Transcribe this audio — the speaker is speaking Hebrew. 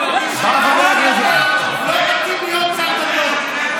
הוא לא מתאים להיות שר דתות.